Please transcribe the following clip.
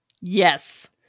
Yes